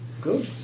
Good